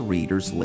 Readers